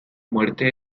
muerte